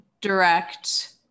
direct